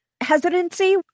hesitancy